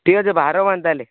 ଠିକ୍ ଅଛେ ବାହାରବ ହେନ୍ତାତାହେଲେ